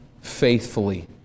faithfully